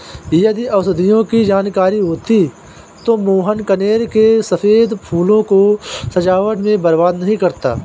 यदि औषधियों की जानकारी होती तो मोहन कनेर के सफेद फूलों को सजावट में बर्बाद नहीं करता